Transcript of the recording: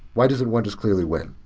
why doesn't one just clearly win?